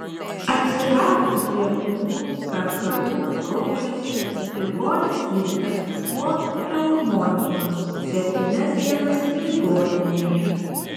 atsiradus drėgnų karkalų plaučiuose ligonis gydytas nuo pneumonijos septynias dienas ligoninėje